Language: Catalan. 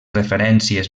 referències